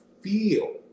feel